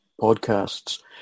podcasts